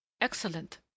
Excellent